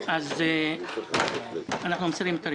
אז אנחנו מסירים את הרוויזיה.